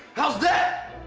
how's that?